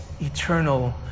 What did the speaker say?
eternal